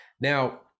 Now